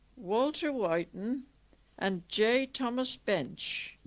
walter wyton and j thomas bench